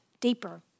deeper